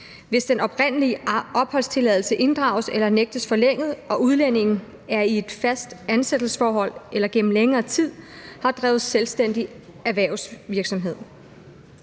hvis den oprindelige opholdstilladelse inddrages eller nægtes forlænget og udlændingen er i et fast ansættelsesforhold eller gennem længere tid har drevet selvstændig erhvervsvirksomhed.